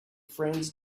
friends